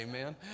Amen